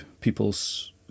people's